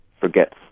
forgets